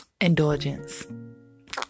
indulgence